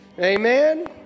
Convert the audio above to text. Amen